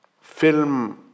film